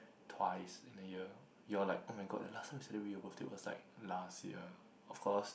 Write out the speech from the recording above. twice in a year you're like [oh]-my-god the last time you celebrate your birthday was like last year of course